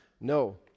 no